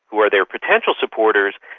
who are their potential supporters,